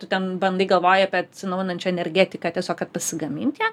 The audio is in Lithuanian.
tu ten bandai galvoji apie atsinaujinančią energetiką tiesiog kad pasigamint ją